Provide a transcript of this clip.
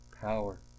power